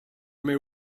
mets